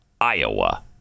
Iowa